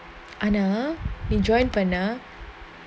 ஆனா:ana join பண்ண:panna